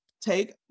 take